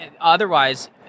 Otherwise